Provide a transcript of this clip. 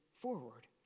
forward